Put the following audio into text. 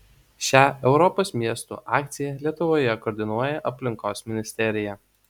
šią europos miestų akciją lietuvoje koordinuoja aplinkos ministerija